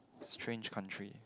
strange country